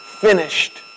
finished